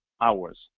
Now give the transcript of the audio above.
hours